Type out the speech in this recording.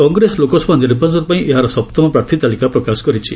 କଂଗ୍ରେସ ଲୋକସଭା ନିର୍ବାଚନ ପାଇଁ ଏହାର ସପ୍ତମ ପ୍ରାର୍ଥୀ ତାଲିକା ପ୍ରକାଶ କରିଛି